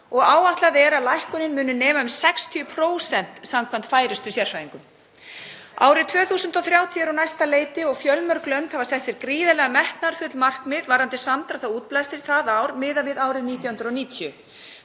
áætlað er að lækkunin muni nema um 60% samkvæmt færustu sérfræðingum. Árið 2030 er á næsta leiti og fjölmörg lönd hafa sett sér gríðarlega metnaðarfull markmið varðandi samdrátt í útblæstri það ár miðað við árið 1990.